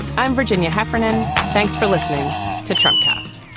i'm virginia heffernan. thanks for listening to trump cast